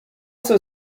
jsem